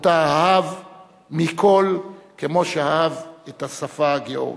שאהב מכול, כמו שאהב את השפה הגאורגית.